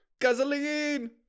gasoline